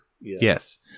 Yes